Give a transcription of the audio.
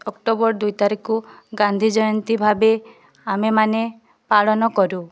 October ଦୁଇ ତାରିଖକୁ ଗାନ୍ଧୀ ଜୟନ୍ତୀ ଭାବେ ଆମେମାନେ ପାଳନ କରୁ